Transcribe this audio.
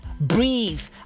breathe